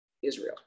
Israel